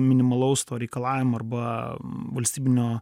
minimalaus to reikalavimo arba valstybinio